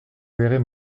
verrez